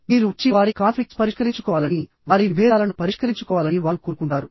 మీరు వచ్చి వారి కాన్ఫ్లిక్ట్స్ పరిష్కరించుకోవాలని వారి విభేదాలను పరిష్కరించుకోవాలని వారు కోరుకుంటారు